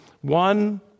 one